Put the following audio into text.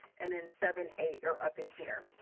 and then seven, eight are up in here.